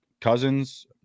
cousins